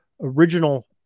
original